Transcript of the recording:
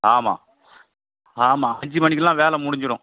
ஆமாம் ஆமாம் அஞ்சு மணிக்குலாம் வேலை முடிஞ்சுரும்